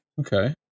Okay